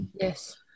Yes